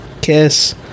Kiss